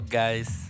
guys